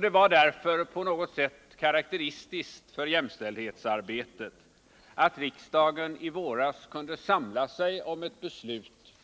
Det var därför på något sätt karakteristiskt för jämställdhetsarbetet att riksdagen i våras kunde samla sig om ett beslut